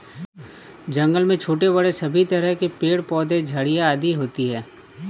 जंगल में छोटे बड़े सभी तरह के पेड़ पौधे झाड़ियां आदि होती हैं